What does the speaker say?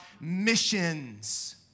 missions